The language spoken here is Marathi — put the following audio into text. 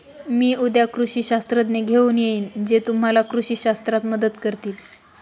मी उद्या कृषी शास्त्रज्ञ घेऊन येईन जे तुम्हाला कृषी शास्त्रात मदत करतील